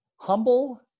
humble